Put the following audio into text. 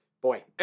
boy